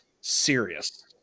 serious